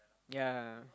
ya